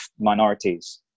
minorities